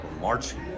marching